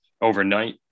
overnight